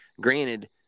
Granted